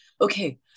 okay